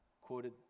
quoted